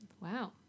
wow